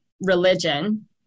religion